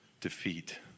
defeat